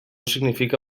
significa